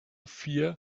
fear